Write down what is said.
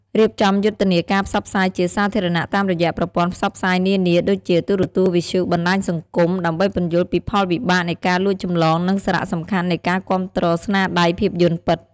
រៀបចំយុទ្ធនាការផ្សព្វផ្សាយជាសាធារណៈតាមរយៈប្រព័ន្ធផ្សព្វផ្សាយនានា ដូចជា ទូរទស្សន៍ វិទ្យុ បណ្តាញសង្គម ដើម្បីពន្យល់ពីផលវិបាកនៃការលួចចម្លង និងសារៈសំខាន់នៃការគាំទ្រស្នាដៃភាពយន្តពិត។